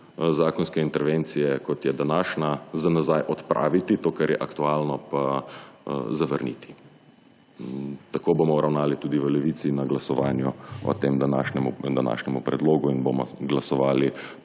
zakonske intervencije kot je današnja za nazaj odpraviti, to kar je aktualno pa zavrniti. Tako bomo ravnali tudi v Levici na glasovanju o tem današnjem predlogu in bomo glasovali